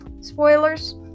spoilers